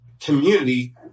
community